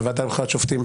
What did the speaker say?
על הוועדה לבחירת שופטים,